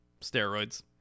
steroids